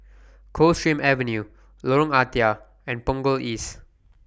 Coldstream Avenue Lorong Ah Thia and Punggol East